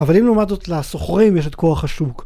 אבל אם לעומת זאת לסוחרים יש את כוח השוק